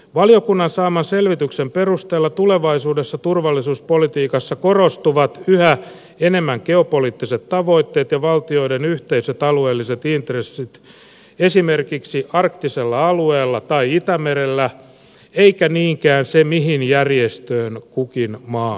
valiokunnan saaman selvityksen perusteella tulevaisuudessa turvallisuuspolitiikassa korostuvat yhä enemmän geopoliittiset tavoitteet ja valtioiden yhteiset alueelliset intressit esimerkiksi arktisella alueella tai itämerellä eikä niinkään se mihin järjestöön kukin maa kuuluu